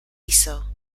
hizo